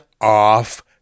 off